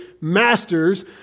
masters